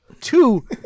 two